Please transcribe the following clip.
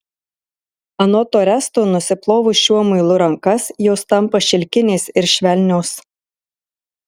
anot oresto nusiplovus šiuo muilu rankas jos tampa šilkinės ir švelnios